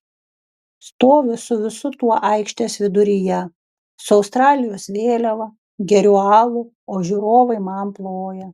stoviu su visu tuo aikštės viduryje su australijos vėliava geriu alų o žiūrovai man ploja